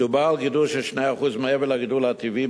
מדובר על גידול של 2% מעבר לגידול הטבעי.